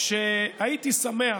שהייתי שמח,